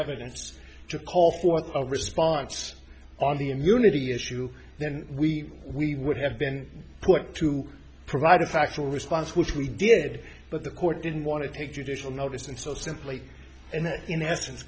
evidence to call for a response on the immunity issue then we we would have been put to provide a factual response which we did but the court didn't want to take judicial notice and so simply and in essence